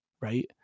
Right